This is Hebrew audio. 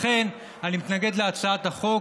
לכן אני מתנגד להצעת החוק,